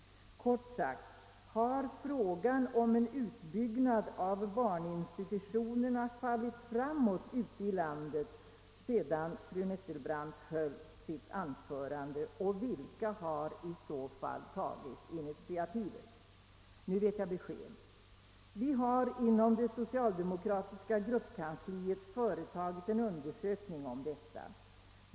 Kort sagt: Har frågan om en utbyggnad av barninstitutionerna fallit framåt ute i landet, sedan fru Nettelbrandt höll sitt anförande, och vilka har i så fall tagit initiativet? Nu vet jag besked. Vi har inom det socialdemokratiska gruppkansliet gjort en undersökning om detta.